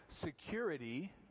security